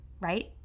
right